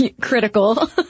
critical